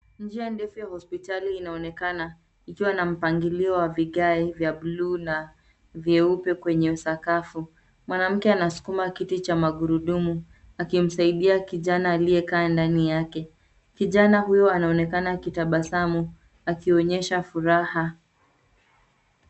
Njia ndefu ya hospitali inaonekana ikiwa na mpangilio wa vigae vya bluu na vyeupe kwenye sakafu. Mwanamke anasukuma kiti cha magurudumu akimsaidia kijana aliyekaa ndani yake. Kijana huyo anaonekana akitabasamu akionyesha furaha.